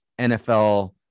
NFL